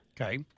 okay